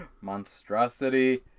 Monstrosity